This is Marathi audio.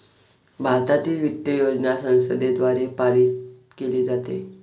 भारतातील वित्त योजना संसदेद्वारे पारित केली जाते